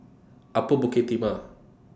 Upper Bukit Timah